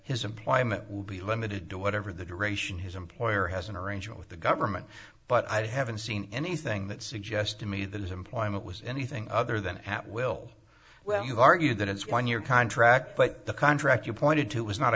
his employment will be limited to whatever the duration his employer has an arrangement with the government but i haven't seen anything that suggests to me that his employment was anything other than at will well you argue that it's one year contract but the contract you pointed to was not